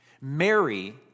Mary